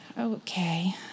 Okay